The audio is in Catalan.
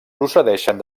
procedeixen